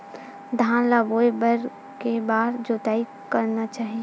धान ल बोए बर के बार जोताई करना चाही?